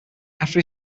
after